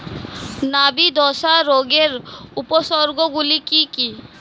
নাবি ধসা রোগের উপসর্গগুলি কি কি?